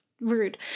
rude